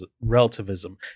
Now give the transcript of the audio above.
relativism